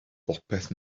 bopeth